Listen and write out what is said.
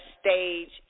stage